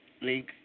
link